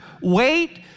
wait